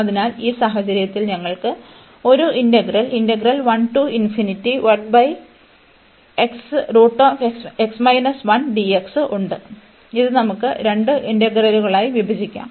അതിനാൽ ഈ സാഹചര്യത്തിൽ ഞങ്ങൾക്ക് ഒരു ഇന്റഗ്രൽ ഉണ്ട് ഇത് നമുക്ക് രണ്ട് ഇന്റഗ്രലുകളായി വിഭജിക്കാം